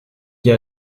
liés